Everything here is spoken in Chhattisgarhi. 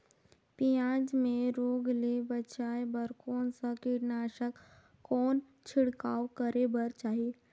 पियाज मे रोग ले बचाय बार कौन सा कीटनाशक कौन छिड़काव करे बर चाही?